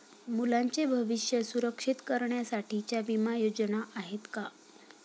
मुलांचे भविष्य सुरक्षित करण्यासाठीच्या विमा योजना आहेत का?